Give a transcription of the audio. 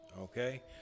okay